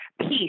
peace